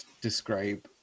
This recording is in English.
describe